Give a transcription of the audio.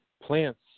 plants